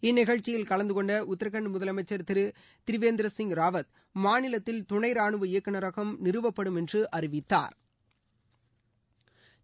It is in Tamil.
இந்நிகழ்ச்சியில் கலந்தகொண்ட உத்தரகாண்ட் முதலமைச்சர் திரு திரிவேந்திர சிங் ராவத் மாநிலத்தில் துணை ராணுவ இயக்குநரகம் நிறுவப்படும் என்று அறிவித்தாா்